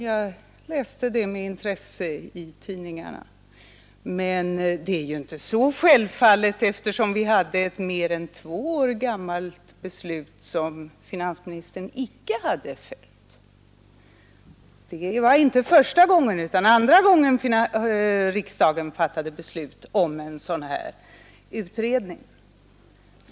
Jag läste det med intresse i tidningarna. Men det är ju inte så självklart, eftersom vi hade ett mer än två år gammalt beslut som finansministern icke hade följt. Det var inte första gången utan andra gången riksdagen fattade beslut om en sådan här utredning.